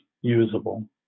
usable